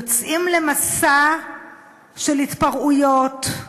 יוצאים למסע של התפרעויות,